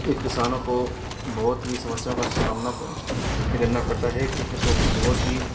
इन किसानों को बहुत ही समस्याओं का सामना करना पड़ता है कि क्योंकि बहुत ही